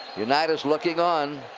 unitas looking on.